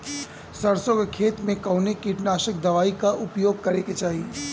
सरसों के खेत में कवने कीटनाशक दवाई क उपयोग करे के चाही?